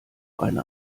eine